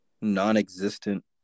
non-existent